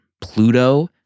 Pluto